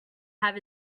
have